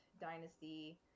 dynasty